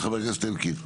כן, חבר הכנסת, אלקין.